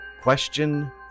Question